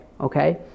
okay